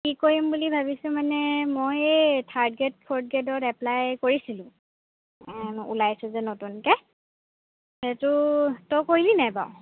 কি কৰিম বুলি ভাবিছোঁ মানে মই এই থাৰ্ড গ্ৰেড ফৰ্থ গ্ৰেডত এপ্লাই কৰিছিলোঁ ওলাইছে যে নতুনকৈ সেইটো তই কৰিবি নাই বাৰু